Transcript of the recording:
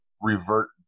revert